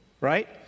Right